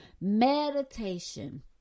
Meditation